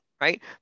right